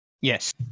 Yes